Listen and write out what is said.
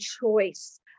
choice